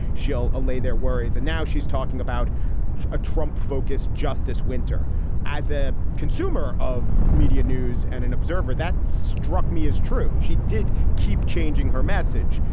she'll allay their worries, and now she's talking about a trump focused justice winter as a consumer of media news and an observer that struck me as true, she did keep changing her message.